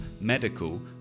medical